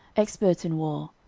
expert in war,